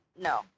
no